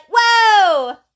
Whoa